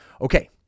Okay